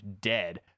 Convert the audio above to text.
dead